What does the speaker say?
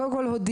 קודם כל הודיע,